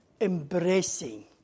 embracing